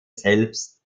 selbst